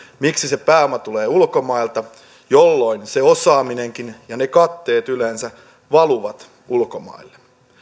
miksi se pääoma tulee ulkomailta jolloin se osaaminenkin ja ne katteet yleensä valuvat ulkomaille